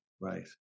right